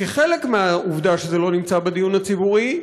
כחלק מהעובדה שזה לא נמצא בדיון הציבורי,